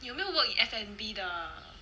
你有没有 work in F&B 的